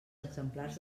exemplars